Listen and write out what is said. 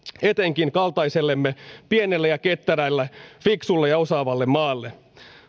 etenkin kaltaisellemme pienelle ja ketterälle fiksulle ja osaavalle maalle